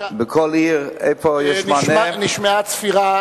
בכל עיר איפה יש מענה נשמעה צפירה.